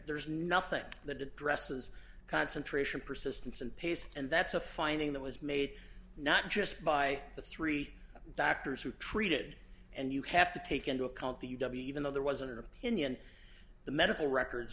there's nothing that addresses concentration persistence and pace and that's a finding that was made not just by the three doctors who treated and you have to take into account the even though there was an opinion the medical records